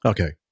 Okay